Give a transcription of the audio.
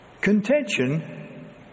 Contention